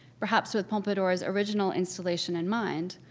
perhaps with pompadour's original installation in mind,